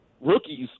rookies